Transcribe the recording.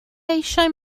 eisiau